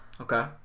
Okay